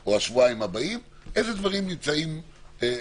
או השבועיים הבאים, איזה דברים נמצאים במערכת.